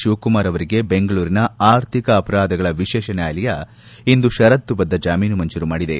ಶಿವಕುಮಾರ್ ಅವರಿಗೆ ಬೆಂಗಳೂರಿನ ಆರ್ಥಿಕ ಅಪರಾಧಗಳ ವಿಶೇಷ ನ್ಯಾಯಾಲಯ ಇಂದು ಪರತ್ತುಬದ್ದ ಜಾಮೀನು ಮಂಜೂರು ಮಾಡಿದೆ